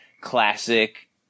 classic